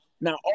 Now